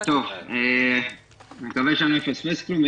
אני מקווה שלא אפספס כלום.